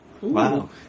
Wow